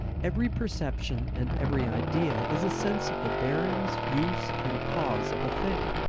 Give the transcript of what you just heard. every perception and every idea is a sense of the bearings, use, and cause, of a thing.